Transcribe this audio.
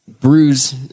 bruise